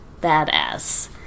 Badass